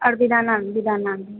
और बेदाना बेदाना भी